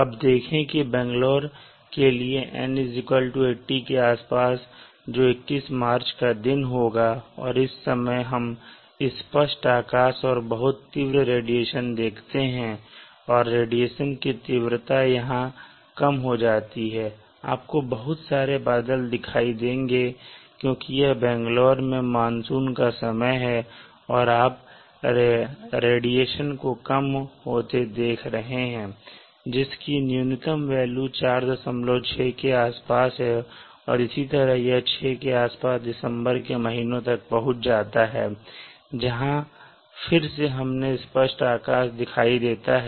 अब देखें कि बैंगलोर के लिए N 80 के आसपास जो 21 मार्च का दिन होगा और इस समय हम स्पष्ट आकाश और बहुत तीव्र रेडिएशन देखते हैं और रेडिएशन की तीव्रता यहां कम हो जाती है आपको बहुत सारे बादल दिखाई देंगे क्योंकि यह बैंगलोर में मानसून का समय है और आप रेडिएशन को कम होते देख रहे हैं जिसकी न्यूनतम वेल्यू 46 के आसपास है और इसी तरह यह 6 के आसपास दिसंबर के महीनों तक पहुँच जाता है जहाँ फिर से हमें स्पष्ट आकाश दिखाई देता है